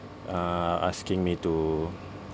uh asking me to